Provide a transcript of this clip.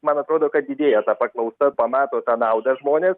man atrodo kad didėja ta paklausa pamato tą naudą žmonės